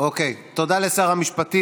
תודה לשר המשפטים.